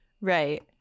Right